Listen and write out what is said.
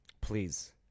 Please